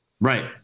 Right